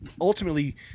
ultimately